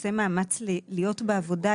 עושה מאמץ להיות בעבודה,